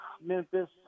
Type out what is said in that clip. Memphis